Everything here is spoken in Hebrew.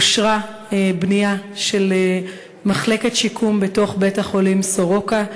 אושרה בנייה של מחלקת שיקום בתוך בית-החולים סורוקה,